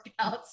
workouts